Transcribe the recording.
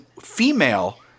female